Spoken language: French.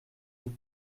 vous